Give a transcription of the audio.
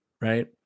Right